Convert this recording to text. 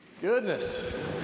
goodness